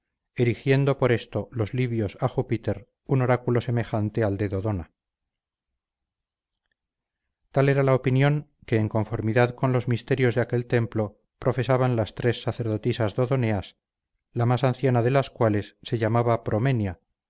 erigiendo por esto los libios a júpiter un oráculo semejante al de dodona tal era la opinión que en conformidad con los misterios de aquel templo profesaban las tres sacerdotisas dodoneas la más anciana de las cuales se llamaba promenia